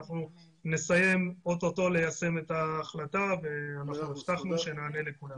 אנחנו נסיים אוטוטו ליישם את ההחלטה ואנחנו הבטחנו שנענה לכולם.